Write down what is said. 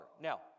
Now